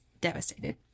devastated